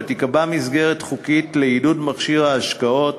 תיקבע מסגרת חוקית לעידוד מכשיר השקעות